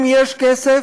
אם יש כסף,